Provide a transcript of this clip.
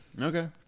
okay